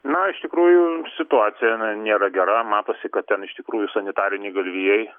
na iš tikrųjų situacija jinai nėra gera matosi kad ten iš tikrųjų sanitariniai galvijai